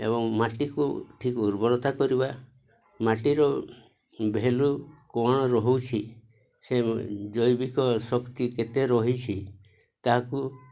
ଏବଂ ମାଟିକୁ ଠିକ୍ ଉର୍ବରତା କରିବା ମାଟିର ଭେଲ୍ୟୁ କ'ଣ ରହୁଛି ସେ ଜୈବିକ ଶକ୍ତି କେତେ ରହିଛି ତାହାକୁ